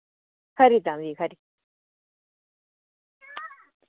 खरी तां फ्ही खरी